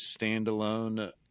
standalone